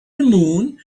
moon